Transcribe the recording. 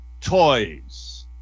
toys